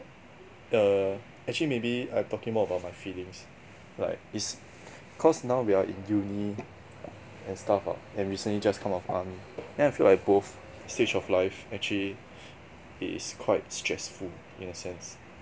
uh actually maybe I talking about more about my feelings like it's cause now we are in uni and stuff ah and recently just come out of army then I feel like both stage of life actually it is quite stressful in a sense